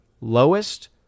lowest